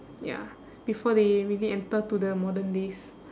ya before they really enter to the modern days